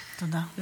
תודה.